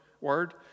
word